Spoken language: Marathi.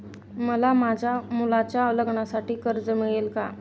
मला माझ्या मुलाच्या लग्नासाठी कर्ज मिळेल का?